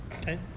Okay